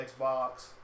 Xbox